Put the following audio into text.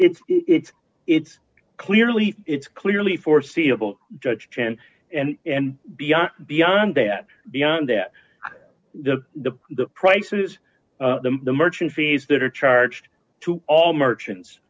it's it's it's clearly it's clearly foreseeable judge trend and and beyond beyond that beyond that the the the prices the merchant fees that are charged to all merchants